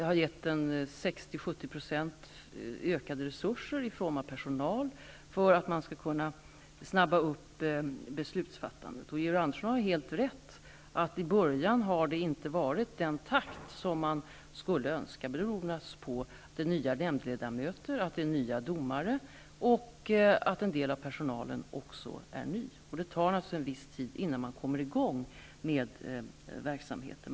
Jag har gett den 60--70 % ökade resurser i form av personal för att den skall kunna påskynda beslutsfattandet. Georg Andersson har helt rätt i att det i början inte har varit den takt i arbetet som man skulle önska. Det beror naturligtvis på att det är nya nämndledamöter, att det är nya domare och att en del av personalen också är ny. Och det tar naturligtvis en viss tid innan man kommer i gång med verksamheten.